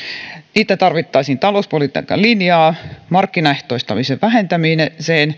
niitä tarvittaisiin talouspolitiikan linjaan markkinaehtoistamisen vähentämiseksi